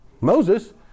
Moses